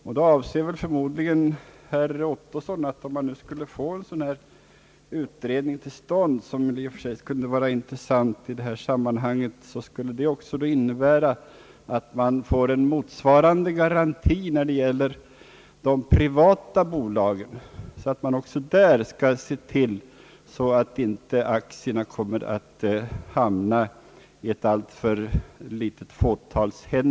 Om en utredning skulle komma till stånd — något som i och för sig skulle vara intressant — skulle den enligt herr Ottossons åsikt således ta upp också frågan om garantier mot att aktierna i de privata bolagen kommer i händerna på ett alltför litet fåtal.